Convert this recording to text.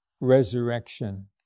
resurrection